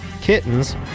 kittens